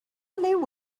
liw